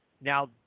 now